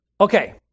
Okay